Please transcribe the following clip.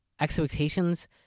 expectations